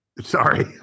Sorry